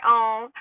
own